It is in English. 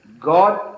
God